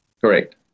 correct